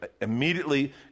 immediately